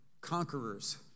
conquerors